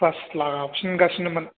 class लाफिनगासिनोमोन